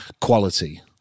quality